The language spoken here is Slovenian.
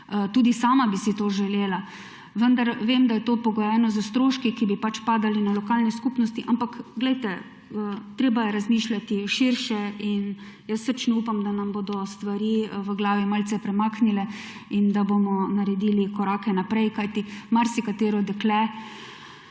Tudi sama bi si to želela, vendar vem, da je to pogojeno s stroški, ki bi pač padali na lokalne skupnosti, ampak glejte, treba je razmišljati širše in jaz srčno upam, da nam bodo stvari v glavi malce premaknile in da bomo naredili korake naprej, kajti marsikatero dekle